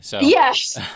Yes